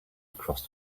across